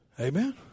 Amen